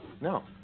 No